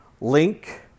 link